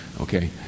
okay